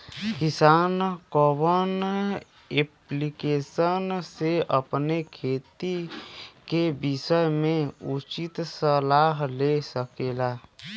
किसान कवन ऐप्लिकेशन से अपने खेती के विषय मे उचित सलाह ले सकेला?